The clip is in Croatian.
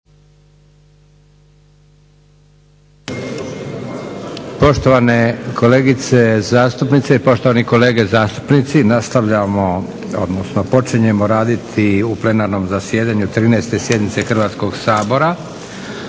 Poštovane kolegice zastupnice i poštovani kolege zastupnici nastavljamo, odnosno počinjemo raditi u plenarnom zasjedanju 13. sjednice Hrvatskog sabora